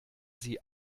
sie